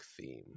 theme